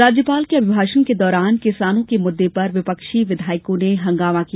राज्यपाल के अभिभाषण के दौरान किसानों के मुद्दे पर विपक्षी विधायकों ने हंगामा किया